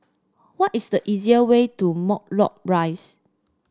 what is the easier way to Matlock Rise